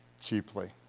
cheaply